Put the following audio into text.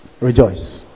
Rejoice